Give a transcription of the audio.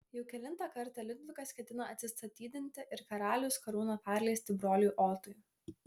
jau kelintą kartą liudvikas ketina atsistatydinti ir karaliaus karūną perleisti broliui otui